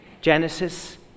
Genesis